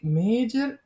major